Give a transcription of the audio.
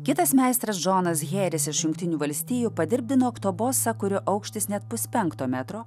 kitas meistras džonas heris iš jungtinių valstijų padirbdino oktobosą kurio aukštis net puspenkto metro